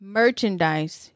merchandise